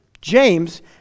James